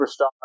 superstar